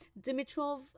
Dimitrov